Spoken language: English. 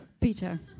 Peter